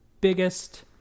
biggest